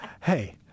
Hey